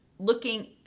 looking